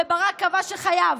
וברק קבע שחייב.